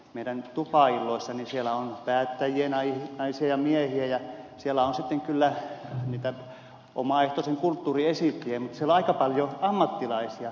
meidän tupailloissa on päättäjiä naisia ja miehiä ja siellä on sitten kyllä niitä omaehtoisen kulttuurin esittäjiä mutta siellä on aika paljon ammattilaisia